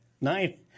Nine